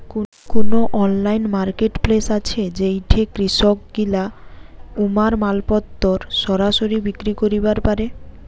কুনো online marketplace আছে যেইঠে কৃষকগিলা উমার মালপত্তর সরাসরি বিক্রি করিবার পারে?